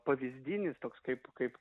pavyzdinis toks kaip kaip